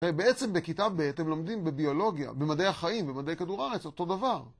בעצם בכיתה ב', אתם לומדים בביולוגיה, במדעי החיים, במדעי כדור הארץ, אותו דבר.